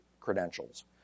credentials